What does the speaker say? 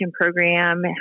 program